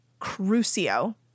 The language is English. Crucio